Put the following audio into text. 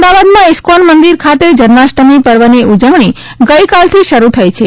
અમદાવાદમાં ઇસ્કોન મંદિર ખાતે જન્માષ્ટમી પર્વની ઉજવણી ગઈકાલથી શરૂ થઈ છે